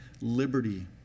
liberty